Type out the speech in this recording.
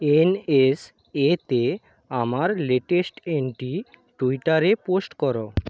N S এতে আমার latest entry টুইটারে পোস্ট করো